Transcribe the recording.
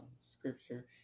scripture